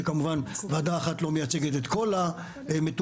שכמובן ועדה אחת לא מייצגת את כל המטופלים,